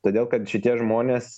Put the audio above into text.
todėl kad šitie žmonės